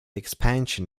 expansion